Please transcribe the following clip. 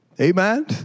Amen